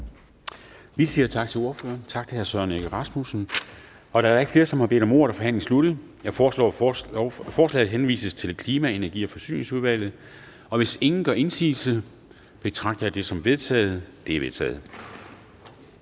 Vi siger tak til ordføreren, tak til hr. Søren Egge Rasmussen. Da der ikke er flere, der har bedt om ordet, er forhandlingen sluttet. Jeg foreslår, at forslaget henvises til Klima-, Energi- og Forsyningsudvalget, og hvis ingen gør indsigelse, betragter jeg det som vedtaget. Det er vedtaget.